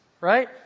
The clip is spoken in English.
right